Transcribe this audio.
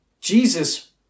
Jesus